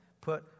put